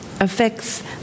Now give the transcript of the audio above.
affects